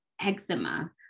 eczema